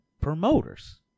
Promoters